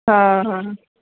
હા હા